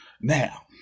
Now